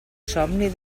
somni